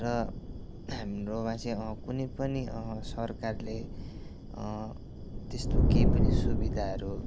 र हाम्रोमा चाहिँ कुनै पनि सरकारले त्यस्तो केही पनि सुविधाहरू